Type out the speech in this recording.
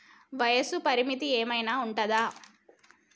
వయస్సు పరిమితి ఏమైనా ఉంటుందా?